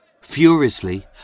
Furiously